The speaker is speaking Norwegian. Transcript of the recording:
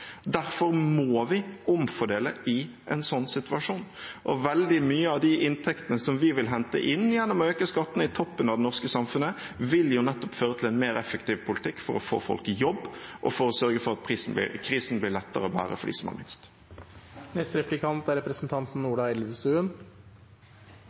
Derfor må vi omfordele i en sånn situasjon. Og veldig mye av de inntektene som vi vil hente inn gjennom å øke skattene i toppen av det norske samfunnet, vil nettopp føre til en mer effektiv politikk for å få folk i jobb og for å sørge for at krisen blir lettere å bære for dem som har minst.